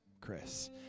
Chris